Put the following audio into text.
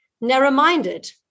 narrow-minded